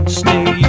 stay